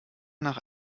nach